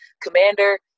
commander